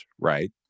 right